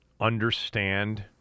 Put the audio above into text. understand